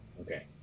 Okay